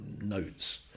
notes